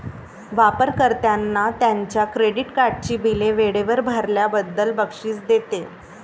वापर कर्त्यांना त्यांच्या क्रेडिट कार्डची बिले वेळेवर भरल्याबद्दल बक्षीस देते